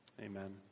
Amen